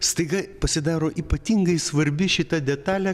staiga pasidaro ypatingai svarbi šita detalė